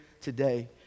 today